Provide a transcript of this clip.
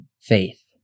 faith